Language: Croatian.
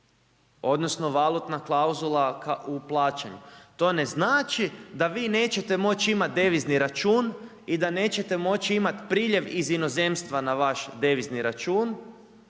odnosno valutna klauzula u plaćanju. To ne znači da vi nećete moći imati devizni račun i da neće moći imati priljev iz inozemstva na vaš devizni račun